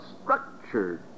structured